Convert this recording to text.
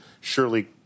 Surely